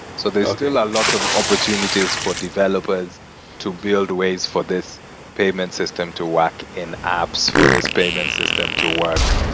so there's still a lot of opportunities for developers to build ways for this payment system to work in apps for this payment system to work.